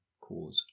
cause